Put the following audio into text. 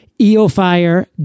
EOfire